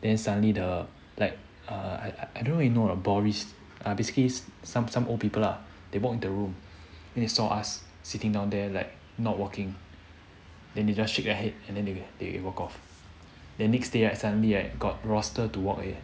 then suddenly the like err I I don't really know ah boris ah basically some some old people lah they walked in the room then they saw us sitting down there like not walking then they just shake their head and then they they walk off the next day right I suddenly got roster to walk eh